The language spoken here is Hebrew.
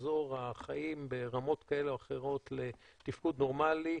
שיחזרו החיים ברמות כאלה או אחרות לתפקוד נורמלי,